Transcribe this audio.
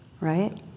right